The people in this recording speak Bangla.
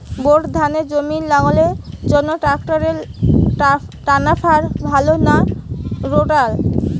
বোর ধানের জমি লাঙ্গলের জন্য ট্রাকটারের টানাফাল ভালো না রোটার?